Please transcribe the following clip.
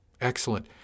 Excellent